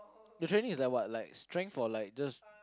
the training is like what strength or like just